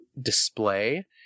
display